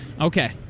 Okay